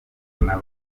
abafana